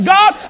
God